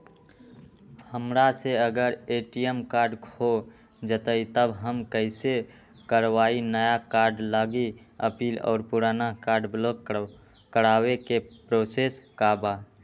हमरा से अगर ए.टी.एम कार्ड खो जतई तब हम कईसे करवाई नया कार्ड लागी अपील और पुराना कार्ड ब्लॉक करावे के प्रोसेस का बा?